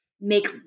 make